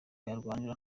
barwanira